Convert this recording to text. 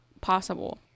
possible